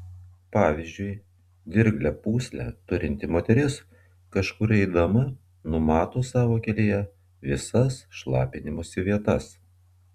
pavyzdžiui dirglią pūslę turinti moteris kažkur eidama numato savo kelyje visas šlapinimosi vietas